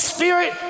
Spirit